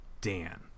dan